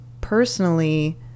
personally